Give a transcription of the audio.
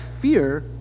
fear